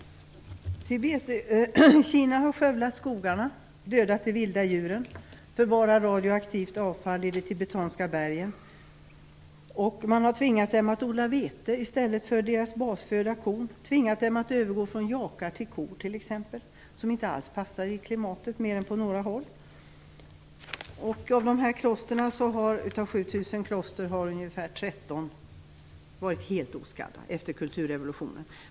Kina har skövlat skogarna och dödat de vilda djuren. Kina förvarar radioaktivt avfall i de tibetanska bergen. Dessutom har man tvingats odla vete i stället för basfödan korn. Man har tvingats övergå till att använda jakar i stället för kor t.ex. Men jakarna passar för klimatet bara på några håll. Av 7 000 kloster är ungefär 13 helt oskadda efter kulturrevolutionen!